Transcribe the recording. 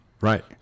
Right